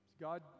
God